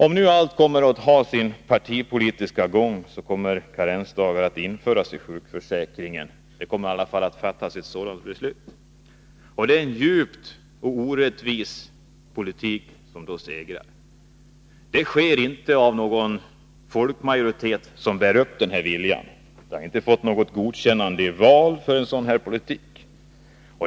Om nu allt kommer att ha sin partipolitiska gång, kommer karensdagar att införas i sjukförsäkringen. Det kommer i alla fall att fattas ett sådant beslut. Det är en djupt orättvis politik som då segrar. Det sker utan att någon folkmajoritet har uttalat sin vilja i frågan. Regeringen har inte fått något godkännande i val av en sådan här politik.